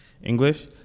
English